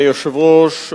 אדוני היושב-ראש,